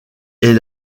est